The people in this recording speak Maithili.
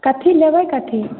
कथी लेबै कथी